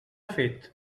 fet